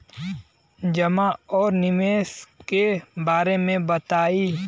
जमा और निवेश के बारे मे बतायी?